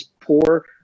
poor